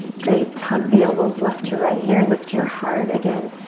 great. tug the elbows left to right here. lift your heart. again,